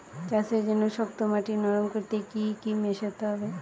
চাষের জন্য শক্ত মাটি নরম করতে কি কি মেশাতে হবে?